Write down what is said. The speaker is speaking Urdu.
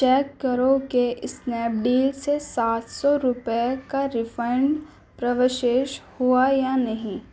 چیک کرو کہ اسنیپ ڈیل سے سات سو روپئے کا ریفنڈ پراوشیش ہوا یا نہیں